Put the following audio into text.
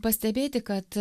pastebėti kad